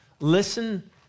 Listen